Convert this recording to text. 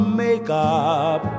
makeup